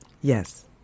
Yes